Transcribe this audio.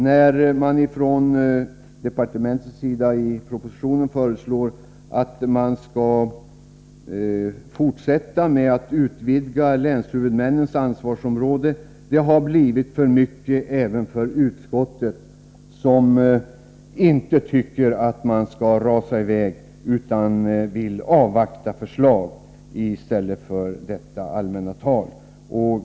När departementschefen i propositionen nu föreslår att utvidgningen av länshuvudmännens ansvarsområde skall fortsätta har det blivit för mycket även för utskottet som inte tycker att man skall rusa i väg utan vill avvakta konkreta förslag i stället för detta allmänna tal.